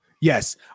yes